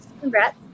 Congrats